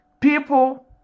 people